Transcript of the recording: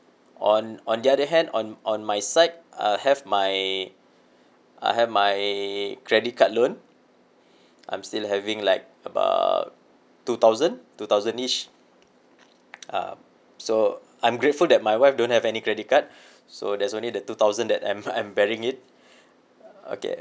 on on the other hand on on my side I have my I have my credit card loan I'm still having like about two thousand two thousand-ish uh so I'm grateful that my wife don't have any credit card so there's only the two thousand that I'm I'm bearing it okay